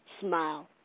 smile